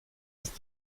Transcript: ist